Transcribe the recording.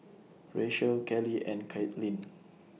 Rachelle Kelley and Caitlynn